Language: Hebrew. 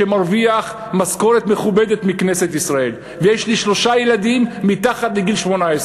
שמרוויח משכורת מכובדת מכנסת ישראל ויש לי שלושה ילדים מתחת לגיל 18,